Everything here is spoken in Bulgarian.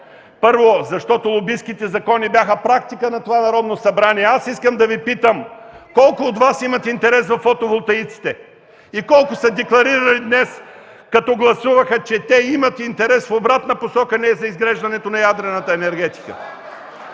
Първо, защото лобистките закони бяха практика на това Народно събрание. Аз искам да Ви питам: колко от Вас имат интерес във фотоволтаиците? Колко са декларирали днес, като гласуваха, че те имат интерес в обратна посока – „Не” за изграждането на ядрената енергетика!?